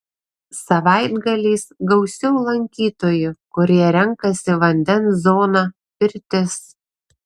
savaitgaliais gausiau lankytojų kurie renkasi vandens zoną pirtis